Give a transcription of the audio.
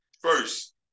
first